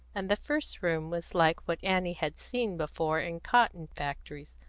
and the first room was like what annie had seen before in cotton factories,